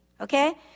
okay